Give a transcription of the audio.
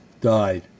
died